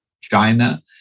China